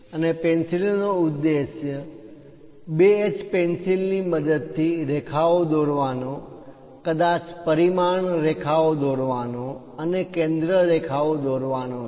અને પેન્સિલ નો ઉદ્દેશ્ય 2H પેન્સિલ ની મદદથી રેખાઓ દોરવાનો કદાચ પરિમાણ રેખાઓ દોરવાનો અને કેન્દ્ર રેખાઓ દોરવાનો છે